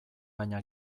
baina